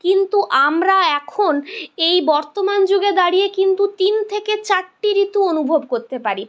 কিন্তু আমরা এখন এই বর্তমান যুগে দাঁড়িয়ে কিন্তু তিন থেকে চারটি ঋতু অনুভব করতে পারি